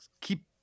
keep